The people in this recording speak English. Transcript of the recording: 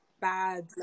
bad